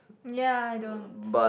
ya I don't